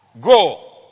go